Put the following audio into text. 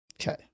Okay